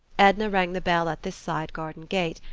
edna rang the bell at this side garden gate,